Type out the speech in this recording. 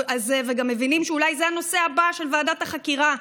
וגם מבינים שאולי זה הנושא הבא של ועדת החקירה,